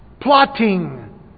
Plotting